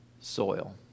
soil